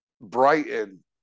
Brighton